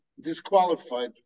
disqualified